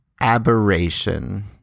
aberration